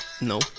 No